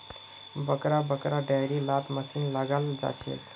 बड़का बड़का डेयरी लात मशीन लगाल जाछेक